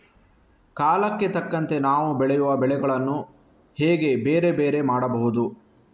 ಕಾಲಕ್ಕೆ ತಕ್ಕಂತೆ ನಾವು ಬೆಳೆಯುವ ಬೆಳೆಗಳನ್ನು ಹೇಗೆ ಬೇರೆ ಬೇರೆ ಮಾಡಬಹುದು?